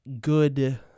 good